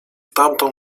tamtą